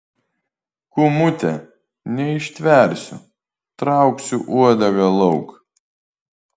kūmute neištversiu trauksiu uodegą lauk